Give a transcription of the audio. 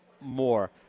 more